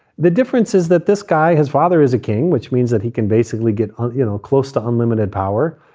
the difference is that this guy, his father, is a king, which means that he can basically get ah you know close to unlimited power.